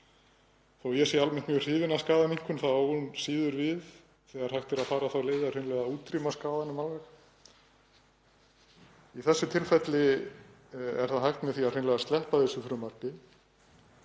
Þótt ég sé almennt mjög hrifinn af skaðaminnkun þá á hún síður við þegar hægt hefði verið að fara þá leið að hreinlega útrýma skaðanum alveg. Í þessu tilfelli er það hægt með því hreinlega að sleppa þessu frumvarpi